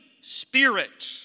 spirit